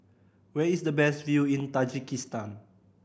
where is the best view in Tajikistan